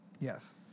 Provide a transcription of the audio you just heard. yes